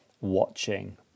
watching